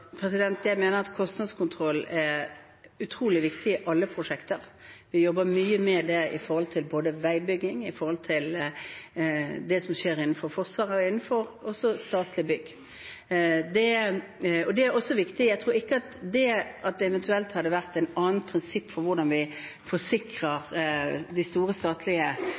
Jeg mener at kostnadskontroll er utrolig viktig i alle prosjekter. Vi jobber mye med det når det gjelder både veibygging og det som skjer innenfor Forsvaret, og innenfor statlige bygg. Det er viktig. Jeg tror ikke at det at det eventuelt hadde vært et annet prinsipp for hvordan vi forsikrer de store statlige